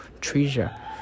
treasure